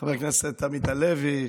חבר הכנסת עמית הלוי,